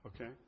Okay